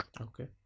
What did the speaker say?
Okay